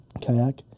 Kayak